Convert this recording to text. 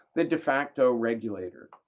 the de facto regulator,